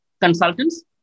consultants